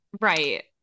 right